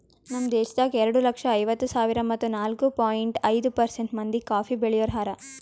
ನಮ್ ದೇಶದಾಗ್ ಎರಡು ಲಕ್ಷ ಐವತ್ತು ಸಾವಿರ ಮತ್ತ ನಾಲ್ಕು ಪಾಯಿಂಟ್ ಐದು ಪರ್ಸೆಂಟ್ ಮಂದಿ ಕಾಫಿ ಬೆಳಿಯೋರು ಹಾರ